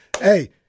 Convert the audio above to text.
Hey